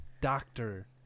Doctor